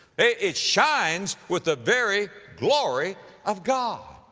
it shines with the very glory of god.